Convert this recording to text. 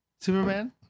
Superman